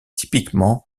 typiquement